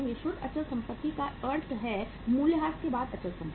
शुद्ध अचल संपत्ति का अर्थ है मूल्यह्रास के बाद अचल संपत्ति